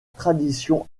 tradition